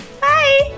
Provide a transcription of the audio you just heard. Bye